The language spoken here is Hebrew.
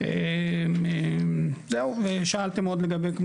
זהו ושאלתם עוד לגבי,